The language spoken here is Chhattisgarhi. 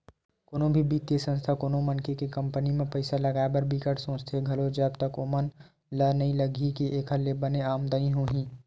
कोनो भी बित्तीय संस्था कोनो मनखे के कंपनी म पइसा लगाए बर बिकट सोचथे घलो जब तक ओमन ल नइ लगही के एखर ले बने आमदानी होही